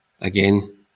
again